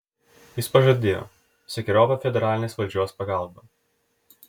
jis pažadėjo visokeriopą federalinės valdžios pagalbą